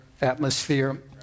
atmosphere